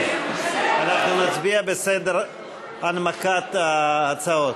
אנחנו נצביע בסדר הנמקת ההצעות.